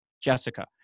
Jessica